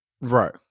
Right